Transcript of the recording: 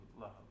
love